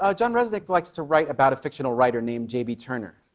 ah jon reznick likes to write about a fictional writer named j b. turner.